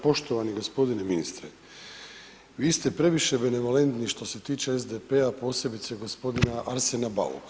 Poštovani gospodine ministre, vi ste previše benevolentni što se tiče SDP-a posebice gospodina Arsena Bauka.